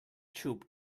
xup